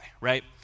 right